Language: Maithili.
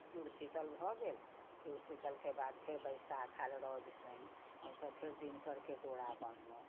जूड़ शीतल भऽ गेल जूड़ शीतलके बाद फेर बैसाख आएल रवि शनि हमसब फेर दिनकरके डोरा बान्हलोँ